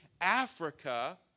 Africa